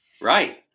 Right